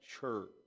church